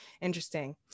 interesting